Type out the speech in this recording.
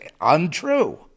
untrue